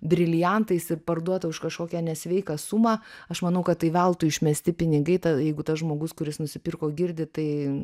briliantais ir parduota už kažkokią nesveiką sumą aš manau kad tai veltui išmesti pinigai jeigu tas žmogus kuris nusipirko girdi tai